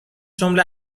جمله